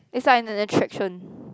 it's like an attraction